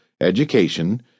education